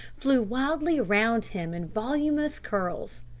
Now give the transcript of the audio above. flew wildly around him in voluminous curls.